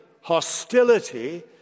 hostility